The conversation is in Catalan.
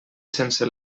sense